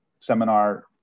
seminar